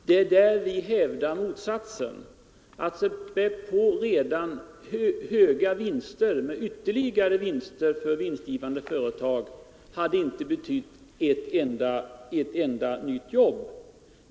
Herr talman! Det är där vi hävdar motsatsen. Att för redan vinstgivande företag späda på med ytterligare vinster hade inte betytt ett enda nytt jobb.